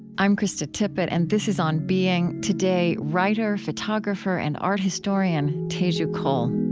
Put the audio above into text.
i'm krista tippett, and this is on being. today, writer, photographer, and art historian teju cole